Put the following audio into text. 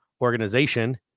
organization